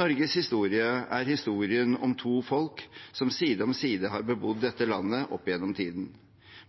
Norges historie er historien om to folk som side om side har bebodd dette landet opp gjennom tidene.